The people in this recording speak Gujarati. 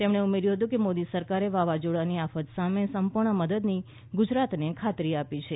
તેમણે ઉમેર્થું હતું કે મોદી સરકારે વાવાઝોડાની આફત સામે સંપૂર્ણ મદદની ગુજરાતને ખાતરી આપી છે